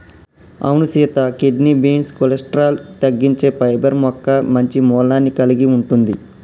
అవును సీత kidney beans cholesterol తగ్గించే పైబర్ మొక్క మంచి మూలాన్ని కలిగి ఉంటుంది